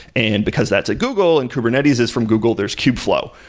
and because that's a google and kubernetes is from google, there's kubeflow,